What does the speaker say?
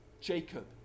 Jacob